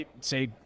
say